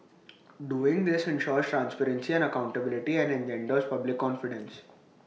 doing this ensures transparency and accountability and engenders public confidence